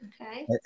Okay